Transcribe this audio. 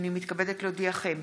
הינני מתכבדת להודיעכם,